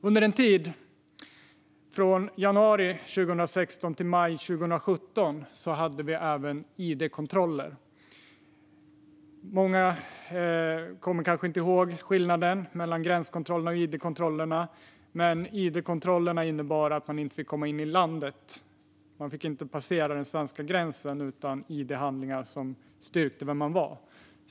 Under en tid, från januari 2016 till maj 2017, hade vi även id-kontroller. Det kanske inte är många som kommer ihåg skillnaden mellan gränskontroller och id-kontroller, men de senare innebar att man inte fick komma in i landet eller passera den svenska gränsen utan id-handlingar som styrkte vem man var.